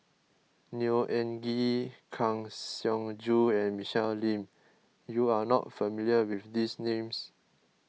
Neo Anngee Kang Siong Joo and Michelle Lim you are not familiar with these names